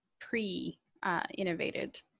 pre-innovated